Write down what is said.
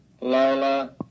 Lola